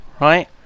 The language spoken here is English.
right